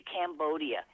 Cambodia